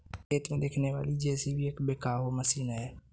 खेत में दिखने वाली जे.सी.बी एक बैकहो मशीन है